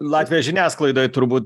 latvijos žiniasklaidoj turbūt